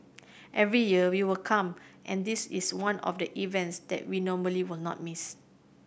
every year we will come and this is one of the events that we normally will not miss